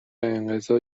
انقضا